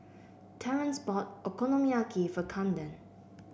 Terance bought Okonomiyaki for Kamden